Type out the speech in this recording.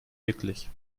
wirklich